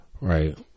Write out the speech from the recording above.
right